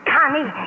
Connie